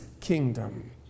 kingdom